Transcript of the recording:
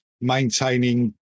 maintaining